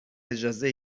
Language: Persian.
اجازه